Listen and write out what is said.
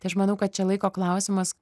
tai aš manau kad čia laiko klausimas